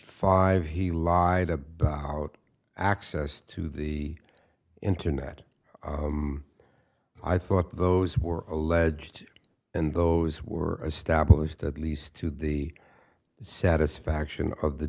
five he lied about access to the internet i thought those were alleged and those were established at least to the satisfaction of the